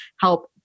help